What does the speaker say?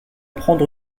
prendre